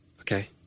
Okay